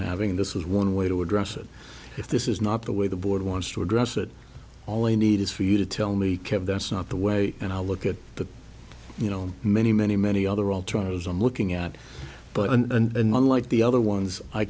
having this is one way to address it if this is not the way the board wants to address it all you need is for you to tell me kev that's not the way and i look at the you know many many many other alternatives i'm looking at but and unlike the other ones i